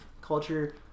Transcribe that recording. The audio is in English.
culture